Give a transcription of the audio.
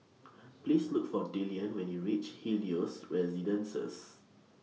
Please Look For Dillion when YOU REACH Helios Residences